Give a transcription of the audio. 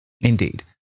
Indeed